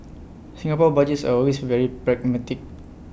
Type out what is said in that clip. Singapore Budgets are always very pragmatic